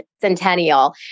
centennial